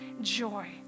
joy